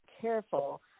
careful